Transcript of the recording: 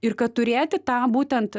ir kad turėti tą būtent